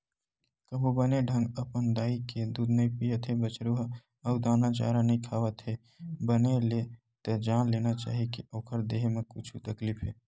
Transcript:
कभू बने ढंग अपन दाई के दूद नइ पियत हे बछरु ह अउ दाना चारा नइ खावत हे बने ले त जान लेना चाही के ओखर देहे म कुछु तकलीफ हे